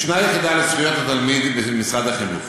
ישנה יחידה לזכויות התלמיד במשרד החינוך.